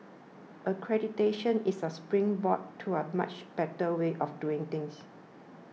accreditation is a springboard to a much better way of doing things